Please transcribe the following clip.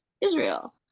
Israel